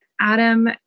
Adam